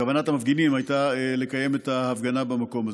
כוונת המפגינים הייתה לקיים הפגנה במקום הזה.